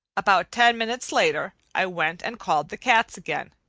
about ten minutes later i went and called the cats again.